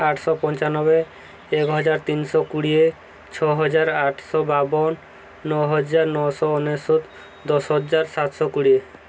ଆଠଶହ ପଞ୍ଚାନବେ ଏକ ହଜାର ତିନିଶହ କୋଡ଼ିଏ ଛଅ ହଜାର ଆଠଶହ ବାବନ ନଅ ହଜାର ନଅଶହ ଅନେଶ୍ୱତ ଦଶ ହଜାର ସାତଶହ କୋଡ଼ିଏ